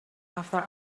after